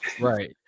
Right